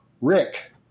Rick